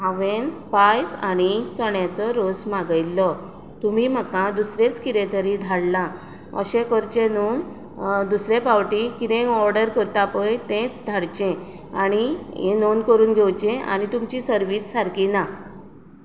हांवें पायस आनी चण्याचो रोस मागयल्लो तुमी म्हाका दुसरेंच कितें तरी धाडलां अशें करचें न्हु दुसरे फावटी कितें ऑर्डर करता तेंच धाडचें आनी हें नोंद करून घेवचें आनी तुमची सर्वीस सारकी ना